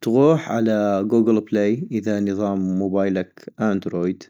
تغوح على كوكل بلي اذا نظام موبايلك اندرويد ،